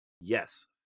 Yes